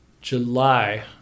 July